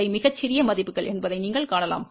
இவை மிகச் சிறிய மதிப்புகள் என்பதை நீங்கள் காணலாம்